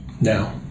now